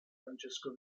francesco